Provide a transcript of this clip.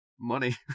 money